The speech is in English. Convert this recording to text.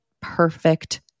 perfect